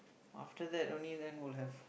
after that only then will have